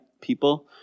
people